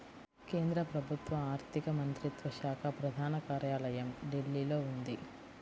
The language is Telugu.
కేంద్ర ప్రభుత్వ ఆర్ధిక మంత్రిత్వ శాఖ ప్రధాన కార్యాలయం ఢిల్లీలో ఉంది